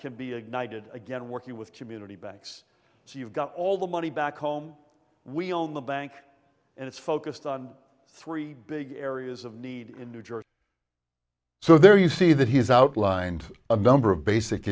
ignited again working with community banks so you've got all the money back home we own the bank and it's focused on three big areas of need in new jersey so there you see that he has outlined a number of basic